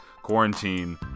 quarantine